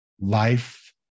life